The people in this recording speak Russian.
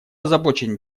озабочен